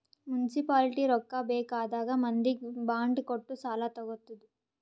municipality ರೊಕ್ಕಾ ಬೇಕ್ ಆದಾಗ್ ಮಂದಿಗ್ ಬಾಂಡ್ ಕೊಟ್ಟು ಸಾಲಾ ತಗೊತ್ತುದ್